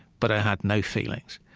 but i had no feelings,